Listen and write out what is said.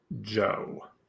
Joe